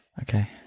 Okay